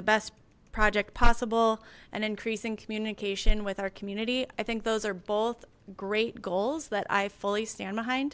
the best project possible and increasing communication with our community i think those are both great goals that i fully stand behind